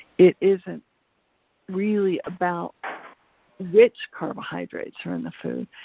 it isn't really about which carbohydrates are in the food,